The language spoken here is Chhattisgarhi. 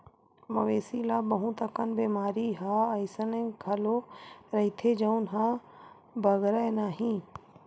मवेशी ल बहुत अकन बेमारी ह अइसन घलो रहिथे जउन ह बगरय नहिं